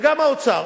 וגם האוצר